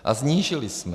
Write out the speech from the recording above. A snížili jsme.